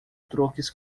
truques